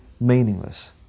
meaningless